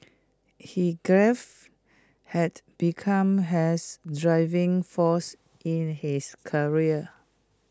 his grief had become has driving force in his career